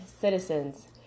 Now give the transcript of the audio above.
citizens